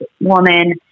woman